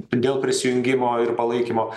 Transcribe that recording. dėl prisijungimo ir palaikymo